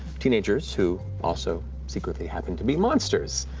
teenagers who also secretly happen to be monsters,